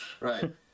Right